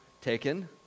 taken